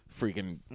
freaking